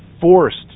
forced